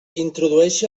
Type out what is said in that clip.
introdueixi